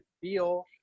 feel